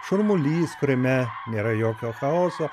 šurmulys kuriame nėra jokio chaoso